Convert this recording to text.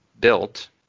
built